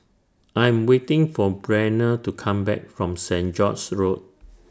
I Am waiting For Breanna to Come Back from Saint George's Road